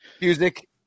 music